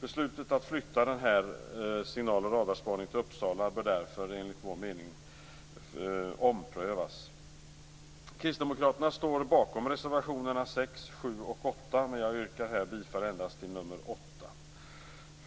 Beslutet att flytta signal och radarspaningen till Uppsala bör därför enligt vår mening omprövas. Fru